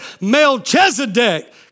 Melchizedek